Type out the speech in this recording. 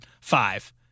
Five